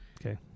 okay